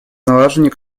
налаживание